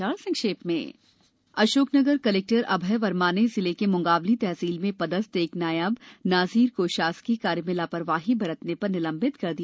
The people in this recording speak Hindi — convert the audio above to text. समाचार संक्षेप में अशोकनगर कलेक्टर अभय वर्मा ने जिले में मुंगावली तहसील में पदस्थ एक नायब नाज़ीर को शासकीय कार्य में लापरवाही बरतने पर निलंबित कर दिया